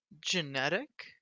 genetic